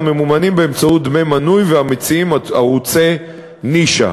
הממומנים באמצעות דמי מנוי ומציעים ערוצי נישה,